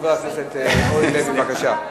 חברת הכנסת אורלי לוי, בבקשה.